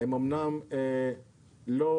נמנעת מהם על ידי